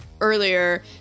earlier